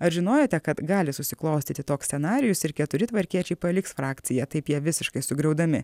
ar žinojote kad gali susiklostyti toks scenarijus ir keturi tvarkiečiai paliks frakciją taip jie visiškai sugriaudami